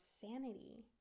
sanity